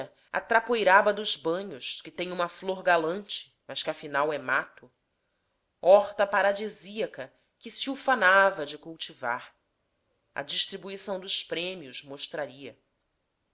a trapoeraba dos banhos que tem uma flor galante mas que afinal é mato horta paradisíaca que ufanava se de cultivar a distribuição dos prêmios mostraria